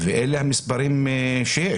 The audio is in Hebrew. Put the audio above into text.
ואלה המספרים שיש.